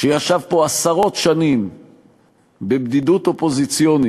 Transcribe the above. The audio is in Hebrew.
שישב פה עשרות שנים בבדידות אופוזיציונית,